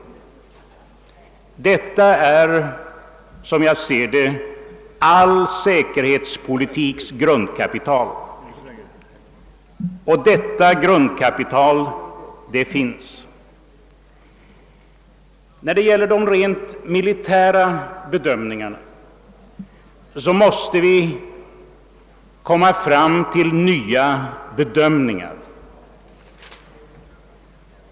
Detta är all säkerhetspolitiks grundkapital. Detta grundkapital finns. När det gäller de rent militära bedömningarna måste vi komma fram till nya värderingar.